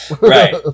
Right